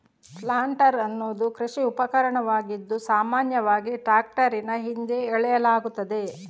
planter ಎನ್ನುವುದು ಕೃಷಿ ಉಪಕರಣವಾಗಿದ್ದು, ಸಾಮಾನ್ಯವಾಗಿ ಟ್ರಾಕ್ಟರಿನ ಹಿಂದೆ ಎಳೆಯಲಾಗುತ್ತದೆ